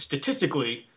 statistically